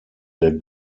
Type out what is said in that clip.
der